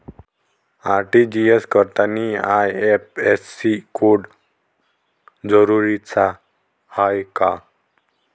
RTGS करतांनी IFSC code जरुरीचा हाय का?